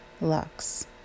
lux